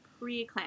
preeclampsia